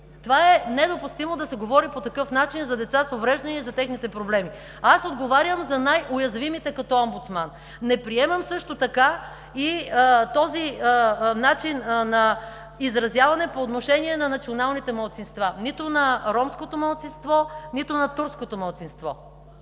Недопустимо е да се говори по такъв начин за деца с увреждания и за техните проблеми. Като омбудсман аз отговарям за най-уязвимите. Не приемам също така и този начин на изразяване по отношение на националните малцинства – нито на ромското малцинство, нито на турското малцинство.